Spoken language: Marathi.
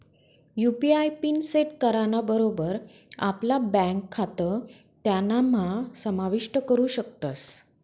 यू.पी.आय पिन सेट कराना बरोबर आपला ब्यांक खातं त्यानाम्हा समाविष्ट करू शकतस